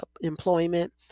employment